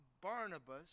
Barnabas